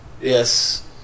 Yes